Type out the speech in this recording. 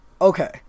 Okay